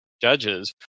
judges